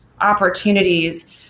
opportunities